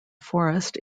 forest